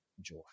joy